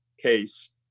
case